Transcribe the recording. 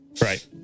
Right